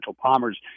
Palmer's